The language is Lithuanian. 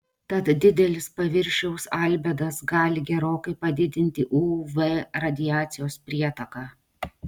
tad didelis paviršiaus albedas gali gerokai padidinti uv radiacijos prietaką